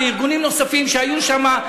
בארגונים נוספים שהיו שם,